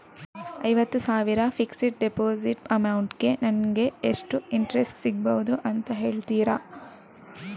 ಐವತ್ತು ಸಾವಿರ fixed deposit amount ಗೆ ನಂಗೆ ಎಷ್ಟು ಇಂಟ್ರೆಸ್ಟ್ ಸಿಗ್ಬಹುದು ಅಂತ ಹೇಳ್ತೀರಾ?